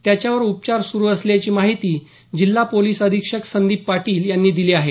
त्यांच्यावर उपचार सरु असल्याची माहिती जिल्हा पोलीस अधिक्षक संदीप पाटील यांनी दिली आहे